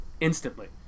instantly